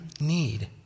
need